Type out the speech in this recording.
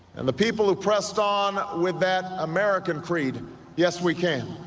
and the people who pressed on with that american creed yes we can